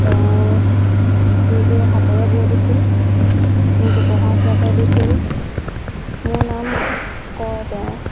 তেওঁ নিজে হাতেৰে বৈ দিছিল মোক উপহাৰ হিচাপে দিছিল মোৰ নাম কয় তেওঁ